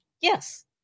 Yes